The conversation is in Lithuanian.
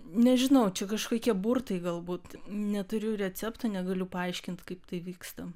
nežinau čia kažkokie burtai galbūt neturiu recepto negaliu paaiškint kaip tai vyksta